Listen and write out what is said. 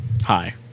Hi